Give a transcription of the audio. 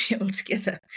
altogether